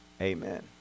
Amen